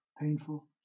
painful